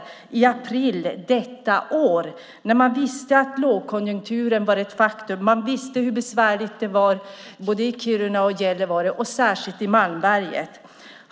Det skedde i april detta år fastän man visste att lågkonjunkturen var ett faktum. Man visste hur besvärligt det var i Kiruna och Gällivare och särskilt i Malmberget.